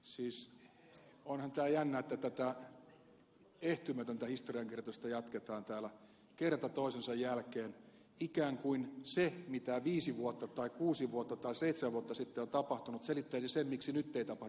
siis onhan tämä jännää että tätä ehtymätöntä historiankirjoitusta jatketaan täällä kerta toisensa jälkeen ikään kuin se mitä viisi vuotta tai kuusi vuotta tai seitsemän vuotta sitten on tapahtunut selittäisi sen miksi nyt ei tapahdu mitään